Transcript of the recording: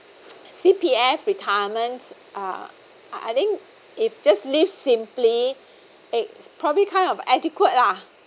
C_P_F retirement uh I think if just live simply eh probably kind of adequate lah